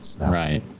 Right